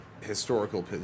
historical